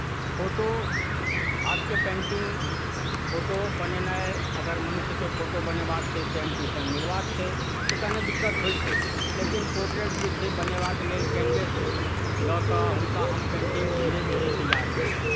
ओ photo हाथके painting photo बनेनाइ अगर मनुष्यके फोटो बनेबाक छै सेम टू सेम मिलबाक छै तऽ कने दिक्कत होइ छै लेकिन पोर्ट्रेट जे छै बनेबाक लेल कैनवेस लऽ कऽ हुनका हम पेन्टिंग धीरे धीरे तैयार कयलहुँ